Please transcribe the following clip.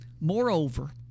Moreover